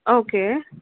okay